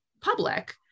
public